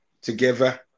together